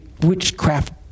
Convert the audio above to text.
witchcraft